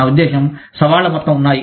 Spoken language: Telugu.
నా ఉద్దేశ్యం సవాళ్ల మొత్తం ఉన్నాయి